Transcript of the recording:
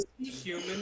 human